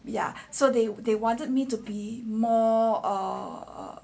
ya so they they wanted me to be more err